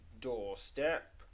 doorstep